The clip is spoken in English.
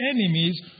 enemies